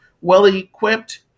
well-equipped